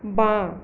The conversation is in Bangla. বাঁ